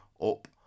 up